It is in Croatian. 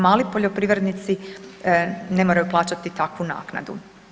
Mali poljoprivrednici ne moraju plaćati takvu naknadu.